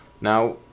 Now